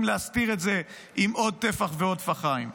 להסתיר את זה עם עוד טפח ועוד טפחיים.